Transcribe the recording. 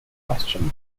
question